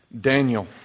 Daniel